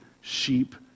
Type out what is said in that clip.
sheep